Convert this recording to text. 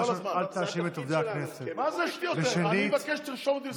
אתם הכנסתם את זה, אני מבקש לדבר.